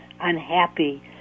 unhappy